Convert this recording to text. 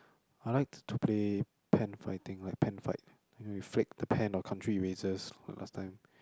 I like to play pen fighting like pen fight you you flip the pen or country erasers like last time